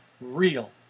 real